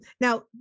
now